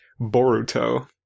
Boruto